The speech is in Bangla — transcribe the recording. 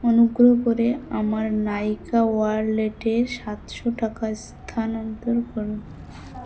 অনুগ্রহ করে আমার নাইকা ওয়ালেটে সাতশো টাকা স্থানান্তর করুন